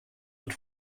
mit